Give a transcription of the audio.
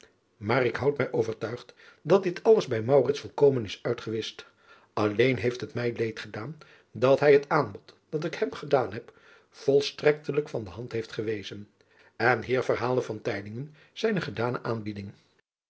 maar ik houd mij overtuigd dat dit alles bij volk men is uitgewischt lleen heeft het mij leed gedaan dat hij het aanbod dat ik hem gedaan heb volstrektelijk van de hand heeft gewezen n hier verhaalde zijne gedane aanbieding